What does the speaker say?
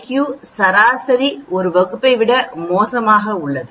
Q சராசரி ஒரு வகுப்பை விட மோசமாக உள்ளது